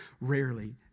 rarely